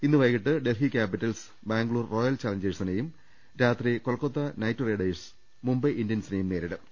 ഇന്ന് വൈകീട്ട് Delhi Capitals Bangalore Royal ചാല ഞ്ചേഴ്സിനെയും രാത്രി കൊൽക്കത്തിന്റൈറ്റ് റൈഡേഴ്സ് മുംബൈ ഇന്ത്യൻസിനെയും നേരിടും